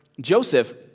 Joseph